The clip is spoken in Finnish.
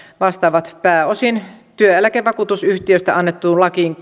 vastaavat pääosin työeläkevakuutusyhtiöstä annettuun lakiin